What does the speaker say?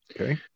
Okay